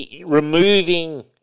removing